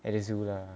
at the zoo lah